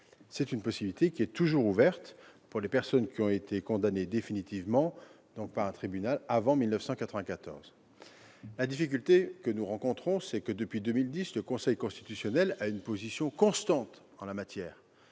Cette possibilité est toujours ouverte pour les personnes ayant été condamnées définitivement par un tribunal avant 1994. La difficulté tient au fait que, depuis 2010, le Conseil constitutionnel a une position constante en la matière